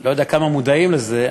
לא יודע כמה מודעים לזה,